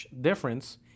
difference